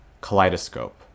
Kaleidoscope